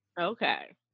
Okay